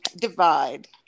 Divide